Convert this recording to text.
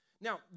now